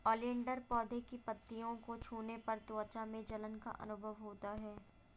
oleander पौधे की पत्तियों को छूने पर त्वचा में जलन का अनुभव होता है